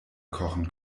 kochen